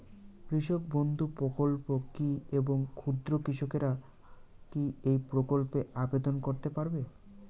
কৃষক বন্ধু প্রকল্প কী এবং ক্ষুদ্র কৃষকেরা কী এই প্রকল্পে আবেদন করতে পারবে?